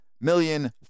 million